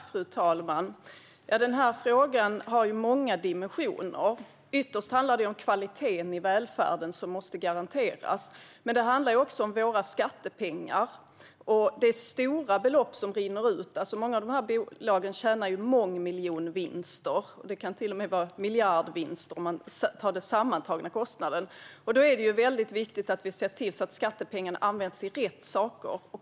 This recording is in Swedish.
Fru talman! Denna fråga har många dimensioner. Ytterst handlar det om kvaliteten i välfärden, som måste garanteras. Men det handlar också om våra skattepengar. Det är stora belopp som rinner ut. Många av dessa bolag gör mångmiljonvinster; det kan till och med vara miljardvinster om man ser till den sammantagna kostnaden. Då är det väldigt viktigt att vi ser till att skattepengarna används till rätt saker.